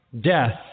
death